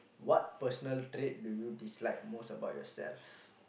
what personal trait do you dislike most about yourself